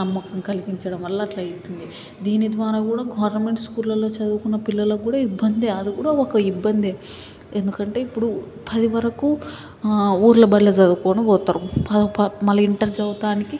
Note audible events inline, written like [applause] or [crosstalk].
నమ్మకం కలిగించడం వల్ల అట్లా అవుతుంది దీని ద్వారా కూడా గవర్నమెంట్ స్కూల్లల్లో చదువుకున్న పిల్లలకు కూడా ఇబ్బంది అది కూడా ఒక ఇబ్బందే ఎందుకంటే ఇప్పుడు పది వరకు ఊర్లో బడిలో చదువుకొని పోతారు [unintelligible] మళ్ళీ ఇంటర్ చదువుకోడానికి